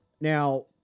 now